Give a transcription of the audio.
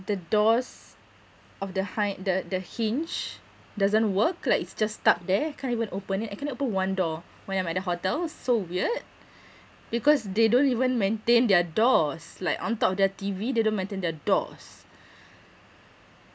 the doors of the hin~ the the hinge doesn't work like it's just stuck there can't even open it I can only open one door when I'm at the hotel so weird because they don't even maintain their doors like on top of their T_V they don't maintain their doors